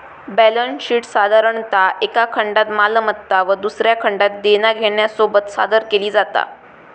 balance शीटसाधारणतः एका खंडात मालमत्ता व दुसऱ्या खंडात देना घेण्यासोबत सादर केली जाता